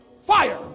Fire